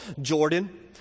Jordan